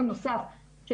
זה